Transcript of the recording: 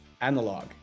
analog